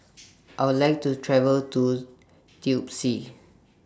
I Would like to travel to Tbilisi